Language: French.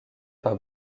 par